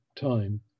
time